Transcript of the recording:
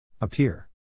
Appear